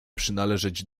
przynależeć